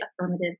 affirmative